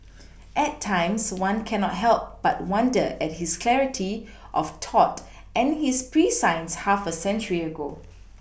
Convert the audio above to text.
at times one cannot help but wonder at his clarity of thought and his prescience half a century ago